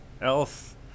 else